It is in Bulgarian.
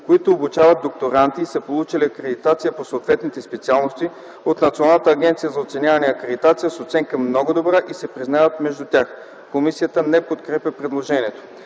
които обучават докторанти и са получили акредитация по съответните специалности от Националната агенция за оценяване и акредитация с оценка „много добра”, и се признават между тях.” Комисията не подкрепя предложението.